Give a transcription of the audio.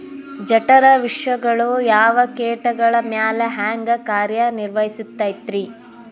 ಜಠರ ವಿಷಗಳು ಯಾವ ಕೇಟಗಳ ಮ್ಯಾಲೆ ಹ್ಯಾಂಗ ಕಾರ್ಯ ನಿರ್ವಹಿಸತೈತ್ರಿ?